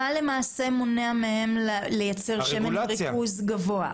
מה מונע מהם לייצר שמן בריכוז גבוה?